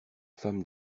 femme